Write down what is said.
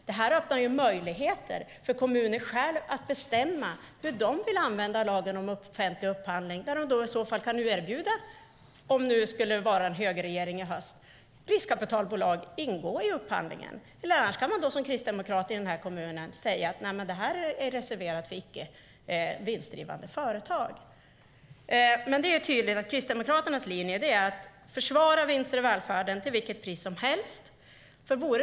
Det öppnar möjligheter för kommunerna att själva bestämma hur de vill använda lagen om offentlig upphandling. Om det skulle bli en högerregering i höst kan de i så fall erbjuda riskkapitalbolag att delta i upphandlingen. Annars kan man som kristdemokrat i kommunen säga att upphandlingen är reserverad för icke vinstdrivande företag. Det är tydligt att Kristdemokraternas linje är att till vilket pris som helst försvara vinster i välfärden.